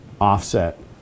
offset